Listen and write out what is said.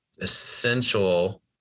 essential